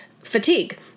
fatigue